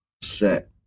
Set